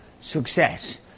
success